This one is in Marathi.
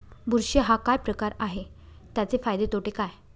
बुरशी हा काय प्रकार आहे, त्याचे फायदे तोटे काय?